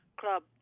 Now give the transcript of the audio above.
club